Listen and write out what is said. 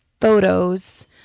photos